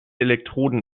elektroden